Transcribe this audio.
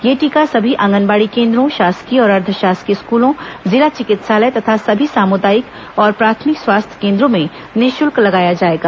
यह टीका सभी आंगनबाड़ी केन्द्रों शासकीय और अर्द्व शासकीय स्कूलों जिला चिकित्सालय तथा सभी सामुदायिक और प्राथमिक स्वास्थ्य केन्द्रों में निःशुल्क लगाया जाएगा